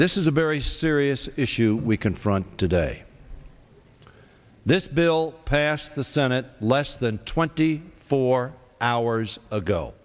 this is a very serious issue we confront today this bill passed the senate less than twenty four hours ago